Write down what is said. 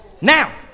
now